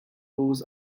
balls